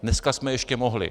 Dneska jsme ještě mohli.